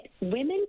women